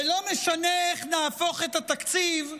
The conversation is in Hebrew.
ולא משנה איך נהפוך את התקציב,